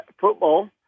football